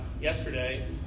yesterday